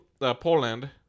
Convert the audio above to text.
Poland